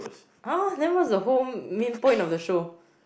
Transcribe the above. !huh! then what's the whole main point of the show